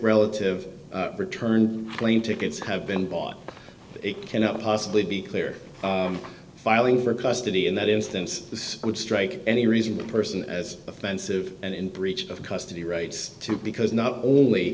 relative return plane tickets have been bought it cannot possibly be clear filing for custody in that instance this would strike any reasonable person as offensive and in breach of custody rights too because not only